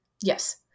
Yes